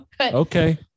Okay